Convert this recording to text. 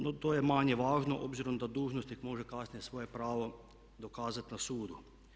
No to je manje važno obzirom da dužnosnik može kasnije svoje pravo dokazati na sudu.